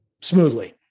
smoothly